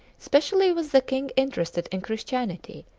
specially was the king interested in christianity,